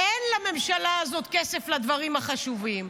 אין לממשלה הזאת כסף לדברים החשובים,